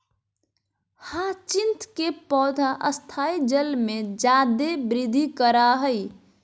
hyacinth के पौधा स्थायी जल में जादे वृद्धि करा हइ